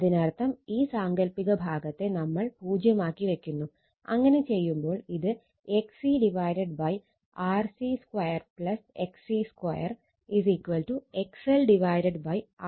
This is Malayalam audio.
അതിനർത്ഥം ഈ സാങ്കൽപ്പിക ഭാഗത്തെ നമ്മൾ 0 ആക്കി വെക്കുന്നു അങ്ങനെ ചെയ്യുമ്പോൾ ഇത് XC RC2 XC 2 XL RL 2 XL 2 എന്നാവും